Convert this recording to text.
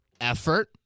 effort